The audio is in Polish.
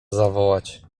zawołać